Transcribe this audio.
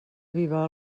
avivar